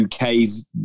UK's